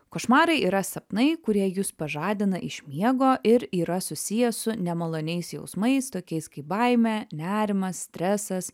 košmarai yra sapnai kurie jus pažadina iš miego ir yra susiję su nemaloniais jausmais tokiais kaip baimė nerimas stresas